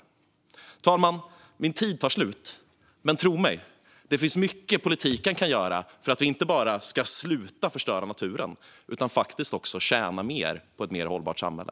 Fru talman! Min talartid tar slut, men tro mig - det finns mycket politiken kan göra för att vi inte bara ska sluta förstöra naturen utan faktiskt också tjäna mer på ett mer hållbart samhälle.